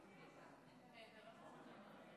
אז לא צריך.